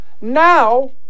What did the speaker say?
Now